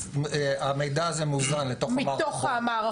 המידע הזה מוזן לתוך המערכות,